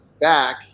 back